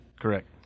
Correct